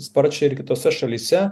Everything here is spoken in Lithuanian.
sparčiai ir kitose šalyse